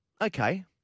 Okay